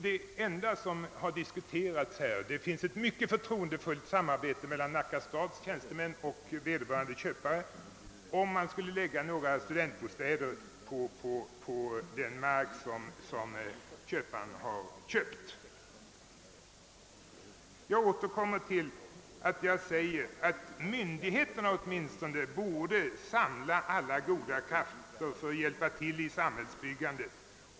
Det enda som diskuterats härvidlag — det finns ett mycket förtroendefullt samarbete mellan Nacka stads tjänstemän och vederbörande köpare — är om man skulle lägga några studentbostäder på den mark som köparen har förvärvat. Jag återkommer till att myndigheterna borde samla alla goda krafter för att hjälpa till i samhällsbyggandet.